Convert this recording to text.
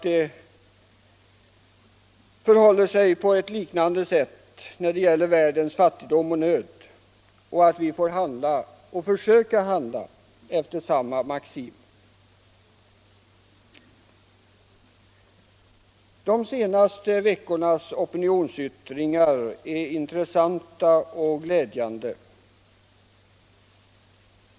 Det förhåller sig på liknande sätt när det gäller världens fattigdom och nöd. Vi får försöka handla efter samma maxim. De senaste veckornas opinionsyttringar är intressanta och glädjande.